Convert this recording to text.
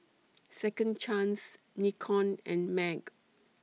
Second Chance Nikon and MAG